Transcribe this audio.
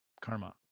karma